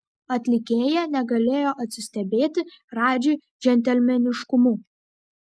atlikėja negalėjo atsistebėti radži džentelmeniškumu